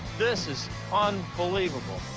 this is unbelievable.